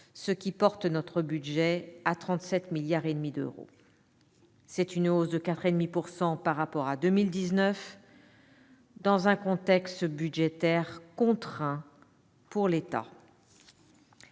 ce qui porte notre budget à 37,5 milliards d'euros. C'est une hausse de 4,5 % par rapport à 2019, dans un contexte budgétaire contraint pour l'État.